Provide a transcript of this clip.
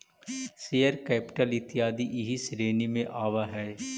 share capital इत्यादि एही श्रेणी में आवऽ हई